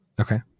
Okay